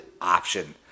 option